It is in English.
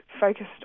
focused